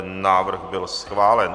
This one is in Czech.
Návrh byl schválen.